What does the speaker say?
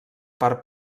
part